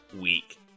week